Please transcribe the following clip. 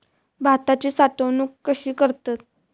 भाताची साठवूनक कशी करतत?